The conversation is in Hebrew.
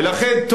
ולכן,